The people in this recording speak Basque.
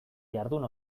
jardun